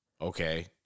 okay